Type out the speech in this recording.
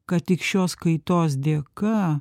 kad tik šios kaitos dėka